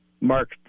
Mark